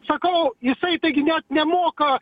sakau jisai taigi net nemoka